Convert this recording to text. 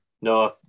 No